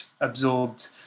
absorbed